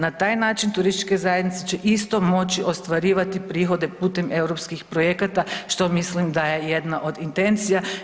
Na taj način turističke zajednice će isto moći ostvarivati prihode putem europskih projekata što mislim da je jedna od intencija.